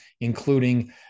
including